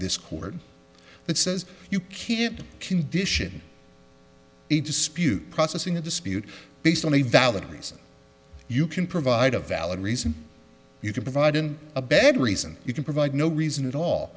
this court that says you can't condition a dispute process in a dispute based on a valid reason you can provide a valid reason you can provide in a bad reason you can provide no reason at all